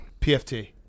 PFT